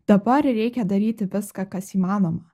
dabar reikia daryti viską kas įmanoma